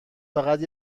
فقط